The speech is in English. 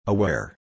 Aware